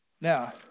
Now